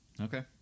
Okay